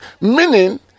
meaning